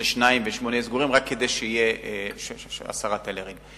לשניים ושמונה סגורים רק כדי שיהיו עשרה טלרים.